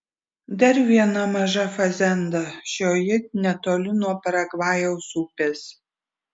dar viena maža fazenda šioji netoli nuo paragvajaus upės